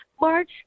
March